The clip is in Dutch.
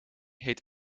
heet